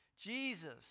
Jesus